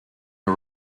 the